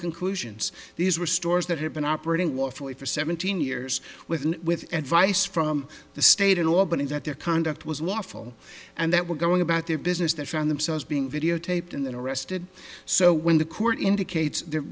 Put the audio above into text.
conclusions these were stories that have been operating war for for seventeen years with with advice from the state in albany that their conduct was waffle and that we're going about their business that found themselves being videotaped and they're arrested so when the court indicates th